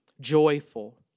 joyful